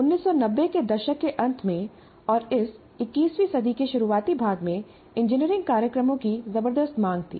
1990 के दशक के अंत में और इस 21वीं सदी के शुरुआती भाग में इंजीनियरिंग कार्यक्रमों की जबरदस्त मांग थी